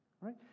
right